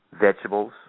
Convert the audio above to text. Vegetables